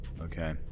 Okay